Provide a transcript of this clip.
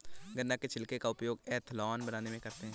गन्ना के छिलके का उपयोग एथेनॉल बनाने में करते हैं